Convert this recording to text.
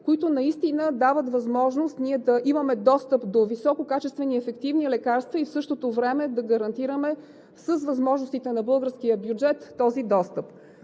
които наистина дават възможност ние да имаме достъп до висококачествени и ефективни лекарства и в същото време да гарантираме с възможностите на българския бюджет този достъп.